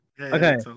Okay